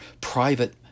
private